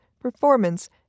performance